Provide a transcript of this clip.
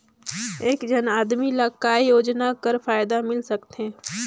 एक झन आदमी ला काय योजना कर फायदा मिल सकथे?